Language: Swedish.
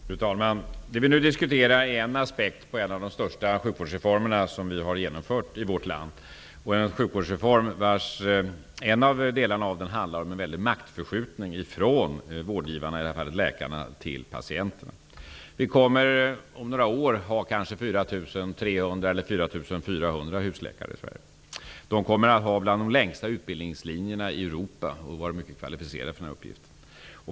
Fru talman! Det vi nu diskuterar är en aspekt av en av de största sjukvårdsreformerna som vi har genomfört i vårt land, en sjukvårdsreform där en av delarna handlar om en stor maktförskjutning från vårdgivarna, i detta fall läkarna, till patienterna. Vi kommer om några år att ha kanske 4 300 eller 4 400 husläkare i Sverige. Deras utbildningslinje kommer att vara bland de längsta i Europa, och de kommer att vara mycket kvalificerade för denna uppgift.